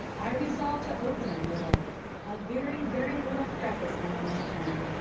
i resolved to open a little a very, very little crevice in the lantern.